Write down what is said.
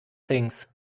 things